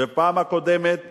ובפעם הקודמת אמרו: